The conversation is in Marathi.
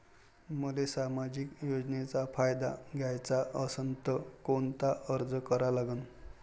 मले सामाजिक योजनेचा फायदा घ्याचा असन त कोनता अर्ज करा लागन?